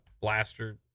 blaster